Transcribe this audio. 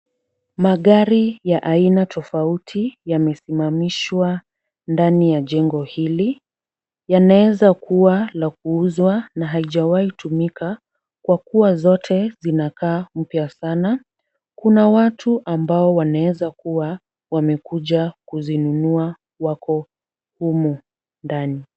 Magari ya aina tofauti yamesimamishwa ndani ya jengo hili. Yanawezakuwa la kuuzwa na haijawahi tumika kwa kuwa zote zinakaa mpya sana. Kuna watu ambao wanawezakuwa wamekuja kuzinunua wako humu ndani.